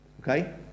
Okay